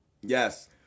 Yes